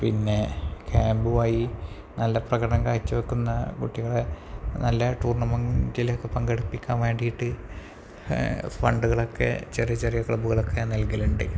പിന്നെ ക്യാമ്പുമായി നല്ല പ്രകടനം കാഴ്ച വെക്കുന്ന കുട്ടികളെ നല്ല ടൂർണ്ണമെൻ്റിലൊക്കെ പങ്കെടുപ്പിക്കാൻ വേണ്ടിയിട്ട് ഫണ്ടുകളൊക്കെ ചെറിയ ചെറിയ ക്ലബുകളൊക്കെ നൽകലുണ്ട്